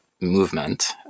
movement